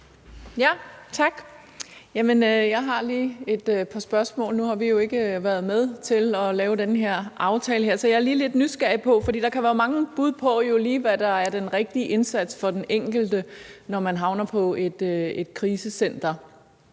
Tak. Jeg har lige et par spørgsmål. Nu har vi jo ikke været med til at lave den her aftale, så jeg er lige lidt nysgerrig efter at høre – for der kan jo være mange bud på, hvad der lige er den rigtige indsats for den enkelte, når man havner på et krisecenter: